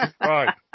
right